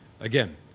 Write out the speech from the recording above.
Again